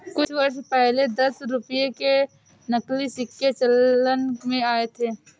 कुछ वर्ष पहले दस रुपये के नकली सिक्के चलन में आये थे